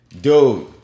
Dude